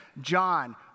John